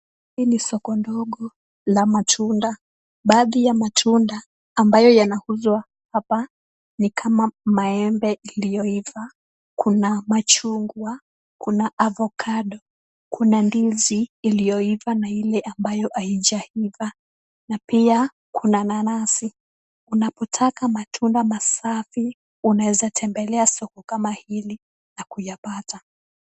Hii ni soko ndogo la matunda, baadhi ya matunda ambayo yanauzwa hapa ni kama maembe iliyoiva, kuna machungwa, kuna avocado , kuna ndizi iliyoiva na ile ambayo haijaiva, na pia kuna nanasi. Unapotaka matunda masafi unaweza tembelea soko kama hili na kuyapata.